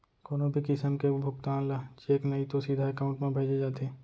कोनो भी किसम के भुगतान ल चेक नइ तो सीधा एकाउंट म भेजे जाथे